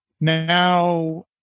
Now